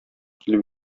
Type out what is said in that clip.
килеп